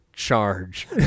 Charge